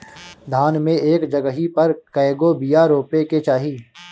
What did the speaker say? धान मे एक जगही पर कएगो बिया रोपे के चाही?